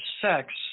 sex